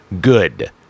Good